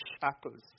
shackles